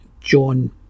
john